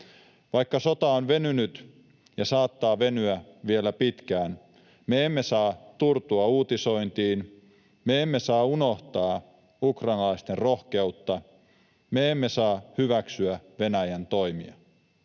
Vaikka sota on venynyt ja saattaa venyä vielä pitkään, me emme saa turtua uutisointiin, me emme saa unohtaa ukrainalaisten rohkeutta, me emme saa hyväksyä Venäjän toimia.